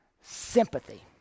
sympathy